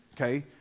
Okay